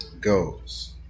goes